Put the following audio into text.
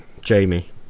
Jamie